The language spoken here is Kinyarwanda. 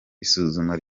isuzuma